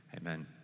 amen